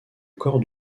corps